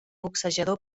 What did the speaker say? boxejador